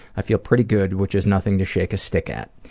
i feel pretty good, which is nothing to shake a stick at.